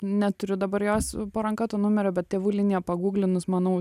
neturiu dabar jos po ranka to numerio bet tėvų linija pagūglinus manau